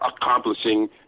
accomplishing